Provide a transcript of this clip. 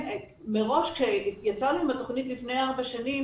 מראש כשיצאנו עם התכנית לפני ארבע שנים